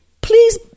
please